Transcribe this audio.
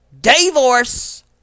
Divorce